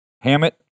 Hammett